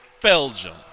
Belgium